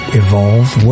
evolved